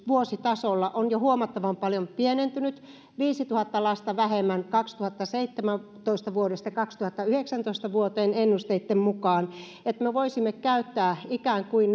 vuositasolla on jo huomattavan paljon pienentynyt viisituhatta lasta vähemmän vuodesta kaksituhattaseitsemäntoista vuoteen kaksituhattayhdeksäntoista ennusteitten mukaan että me voisimme käyttää nämä ikään kuin